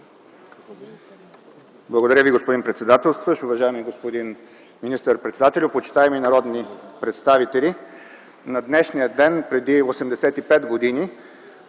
Благодаря, господин председателстващ. Уважаеми господин министър-председателю, почитаеми народни представители! На днешния ден преди 85 години